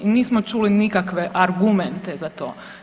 I nismo čuli nikakve argumente za to.